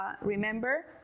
remember